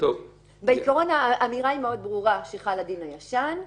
בעיקרון האמירה היא מאוד ברורה שחל הדין הישן,